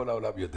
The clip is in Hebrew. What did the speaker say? כל העולם יודעים.